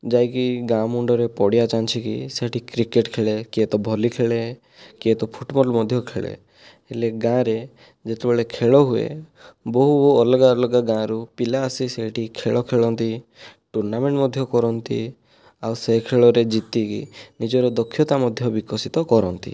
ଯାଇକି ଗାଁ ମୁଣ୍ଡରେ ପଡ଼ିଆ ଚାଁଛିକି ସେଇଠି କ୍ରିକେଟ ଖେଳେ କିଏ ତ ଭଲି ଖେଳେ କିଏ ତ ଫୁଟବଲ ମଧ୍ୟ ଖେଳେ ହେଲେ ଗାଁରେ ଯେତେବେଳେ ଖେଳ ହୁଏ ବହୁ ଅଲଗା ଅଲଗା ଗାଁରୁ ପିଲା ଆସି ସେଇଠି ଖେଳ ଖେଳନ୍ତି ଟୁର୍ନାମେଣ୍ଟ ମଧ୍ୟ କରନ୍ତି ଆଉ ସେ ଖେଳରେ ଜିତିକି ନିଜର ଦକ୍ଷତା ମଧ୍ୟ ବିକଶିତ କରନ୍ତି